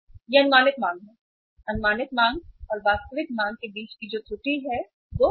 यह अनुमानित मांग है अनुमानित मांग और वास्तविक मांग के बीच त्रुटि है जो m है